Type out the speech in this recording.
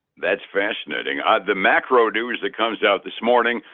that's fascinating. on the macro news that comes out this morning,